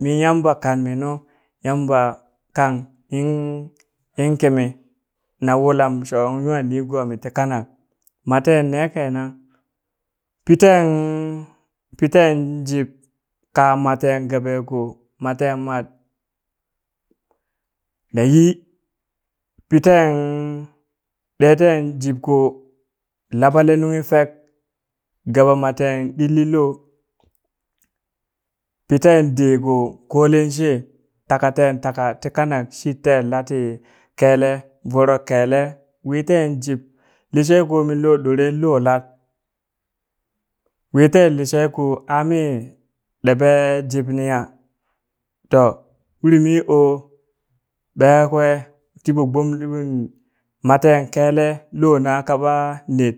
mi Yamba kanmi nu Yamba kan in in kimi na wulam shokung nwa nigomi ti kanak maten ne kenan piten piten jib kaa maten gabe ko matenmat nayi piten ɗe ten jib ko laɓale nunghi fek gaba maten ɗillilo piten de ko kole she taka ten taka ti kanak shiten lati kele voro kele wi ten jib lishe ko minlo ɗore lolat wi ten lishe ko a mi ɗeɓe jibni ya? to uri mi o ɓehakwe tiɓo gbomm mat ten kele lona kaɓa net